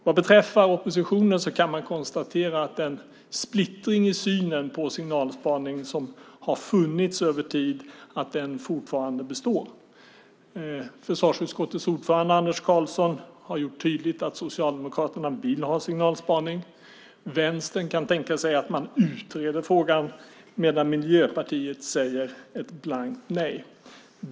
Vad beträffar oppositionen kan man konstatera att den splittring i synen på signalspaning som har funnits över tid fortfarande består. Försvarsutskottets ordförande Anders Karlsson har gjort tydligt att Socialdemokraterna vill ha signalspaning, Vänstern kan tänka sig att man utreder frågan medan Miljöpartiet säger ett blankt nej.